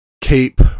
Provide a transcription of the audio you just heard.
keep